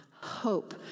hope